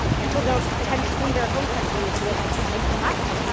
and people don't tend to flee their home countries with with much,